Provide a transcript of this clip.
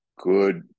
good